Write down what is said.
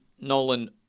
Nolan